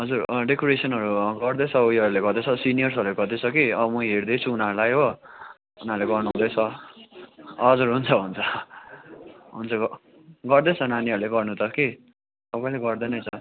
हजुर डेकोरेसनहरू गर्दैछ उयोहरूले गर्दैछ सिनियर्सहरूले गर्दैछ कि म हेर्दैछु उनीहरूलाई हो उनीहरूले गर्नु हुँदैछ हजुर हुन्छ हुन्छ हुन्छ गर्दैछ नानीहरूले गर्न त कि सबैले गर्दै नै छ